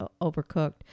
overcooked